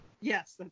yes